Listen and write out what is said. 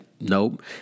nope